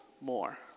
more